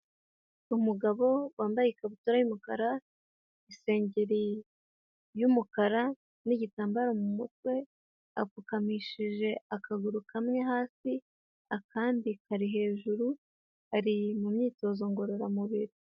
Umugabo wambaye ikabutura y'umukara isengeri y'umukara n'igitambaro mu mutwe, apfukamishije akaguru kamwe hasi akandi kari hejuru ari mu myitozo ngororamubiri.